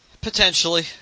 Potentially